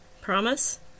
Promise